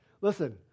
Listen